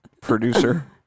producer